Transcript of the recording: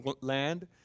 land